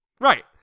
Right